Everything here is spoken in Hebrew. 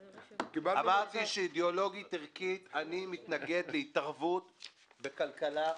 אידיאולוגית ערכית אני מתנגד להתערבות בכלכלה.